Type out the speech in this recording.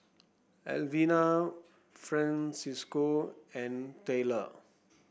Alvena Francisco and Tylor